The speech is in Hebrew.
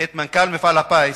את מנכ"ל מפעל הפיס,